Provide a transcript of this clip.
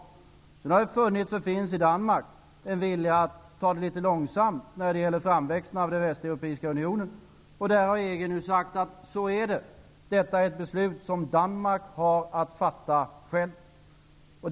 Sedan har det funnits -- och finns -- i Danmark en vilja att ta det litet långsamt när det gäller framväxten av den västeuropeiska unionen. EG har sagt att detta är ett beslut som Danmark har att fatta självt.